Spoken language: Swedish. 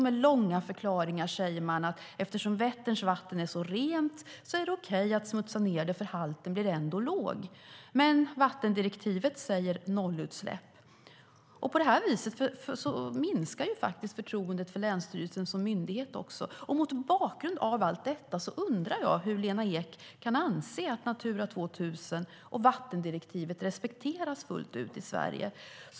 Med långa förklaringar säger man att eftersom Vätterns vatten är så rent är det okej att smutsa ned det, för halten blir ändå låg. Men vattendirektivet säger: nollutsläpp. På det här viset minskar faktiskt förtroendet för länsstyrelsen som myndighet. Mot bakgrund av allt detta undrar jag hur Lena Ek kan anse att Natura 2000 och vattendirektivet respekteras fullt ut i Sverige.